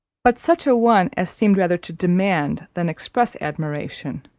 but such a one as seemed rather to demand than express admiration,